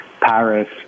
Paris